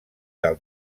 del